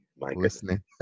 listening